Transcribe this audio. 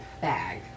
bag